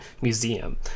Museum